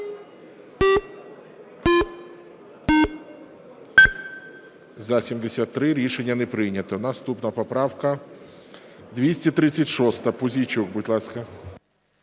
За-73 Рішення не прийнято. Наступна поправка 236. Пузійчук, будь ласка.